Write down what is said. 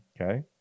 Okay